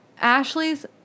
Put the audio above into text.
Ashley's